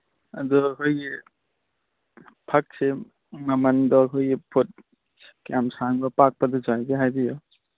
ꯑꯗꯨ ꯑꯩꯈꯣꯏꯒꯤ ꯐꯛꯁꯦ ꯃꯃꯟꯗꯣ ꯑꯩꯈꯣꯏꯒꯤ ꯄꯣꯠ ꯌꯥꯝ ꯁꯥꯡꯕ ꯄꯥꯛꯄꯗꯨ ꯍꯥꯏꯕꯤꯌꯨ